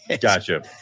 gotcha